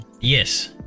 Yes